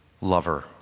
lover